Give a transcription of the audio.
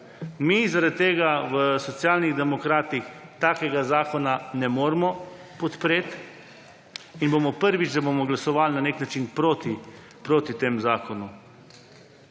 Mi zaradi tega v Socialnih demokratih takega zakona ne moremo podpreti in bomo prvič, da bomo glasovali na nek način proti temu zakonu.